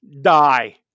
die